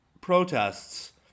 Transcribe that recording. protests